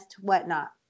whatnot